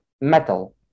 metal